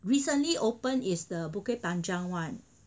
recently open is the bukit panjang [one]